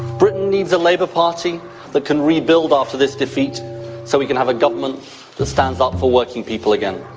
britain needs a labour party that can rebuild after this defeat so we can have a government that stands up for working people again.